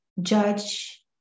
judge